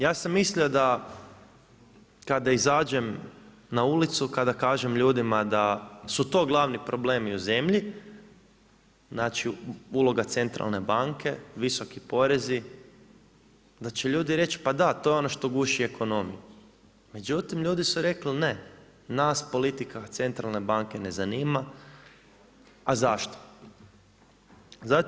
Ja sam mislio da kada izađem na ulicu, kada kažem ljudima da su to glavni problemi u zemlju, znači uloga centralne banke, visoki porezi, da će ljudi reći pa da, to je ono što guši ekonomiju, međutim, ljudi su rekli ne, nas politika centralne banke ne zanima, a zašto?